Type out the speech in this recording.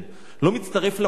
אני לא מצטרף למקהלה,